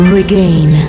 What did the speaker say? Regain